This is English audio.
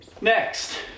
Next